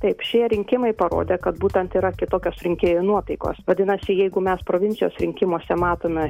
taip šie rinkimai parodė kad būtent yra kitokios rinkėjų nuotaikos vadinasi jeigu mes provincijos rinkimuose matome